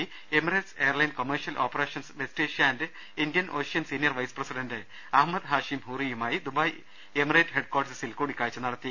P Emirates airline commercial operations West Asia and Indian Ocean senior vice president Ahmed Hashim ഹൂറിയുമായ് Dubai Emirates ഹെഡ്ക്വാട്ടേഴ് സിൽ കൂടികാഴ്ച നടത്തി